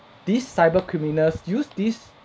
these cybercriminals use these